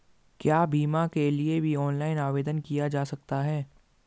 क्या बीमा के लिए भी ऑनलाइन आवेदन किया जा सकता है?